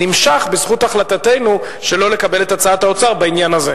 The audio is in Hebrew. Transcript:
נמשך בזכות החלטתנו שלא לקבל את הצעת האוצר בעניין הזה.